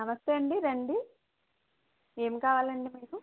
నమస్తే అండి రండి ఏం కావలండీ మీకు